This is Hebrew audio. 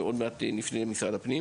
ועוד מעט נפנה למשרד הפנים